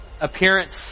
Appearance